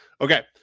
Okay